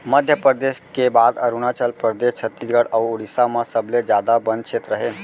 मध्यपरेदस के बाद अरूनाचल परदेस, छत्तीसगढ़ अउ उड़ीसा म सबले जादा बन छेत्र हे